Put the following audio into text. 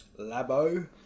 Labo